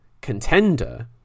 contender